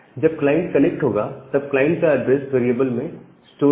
जब client connect होगा तब क्लाइंट का एड्रेस वेरिएबल में स्टोर होगा